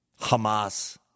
Hamas